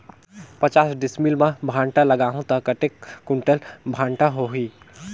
पचास डिसमिल मां भांटा लगाहूं ता कतेक कुंटल भांटा होही?